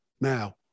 Now